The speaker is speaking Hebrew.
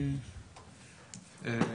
הנושאים החשובים שהועלו על ידי יו"ר הוועד.